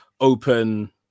open